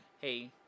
hey